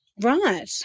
right